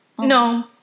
No